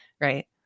right